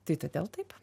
tai todėl taip